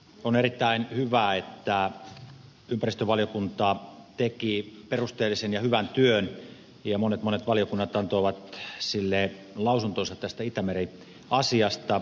on erittäin hyvä että ympäristövaliokunta teki perusteellisen ja hyvän työn ja monet monet valiokunnat antoivat sille lausuntonsa tästä itämeri asiasta